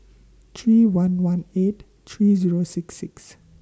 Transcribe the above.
three one one eight three Zero six six